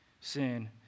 sin